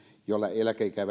joilla eläkeikä